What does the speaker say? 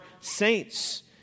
saints